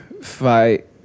fight